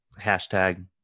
Hashtag